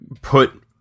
put